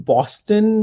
Boston